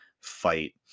fight